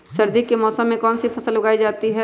सर्दी के मौसम में कौन सी फसल उगाई जाती है?